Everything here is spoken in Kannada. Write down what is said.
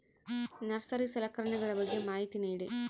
ನರ್ಸರಿ ಸಲಕರಣೆಗಳ ಬಗ್ಗೆ ಮಾಹಿತಿ ನೇಡಿ?